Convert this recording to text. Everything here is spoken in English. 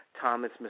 Thomas